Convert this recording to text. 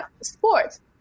sports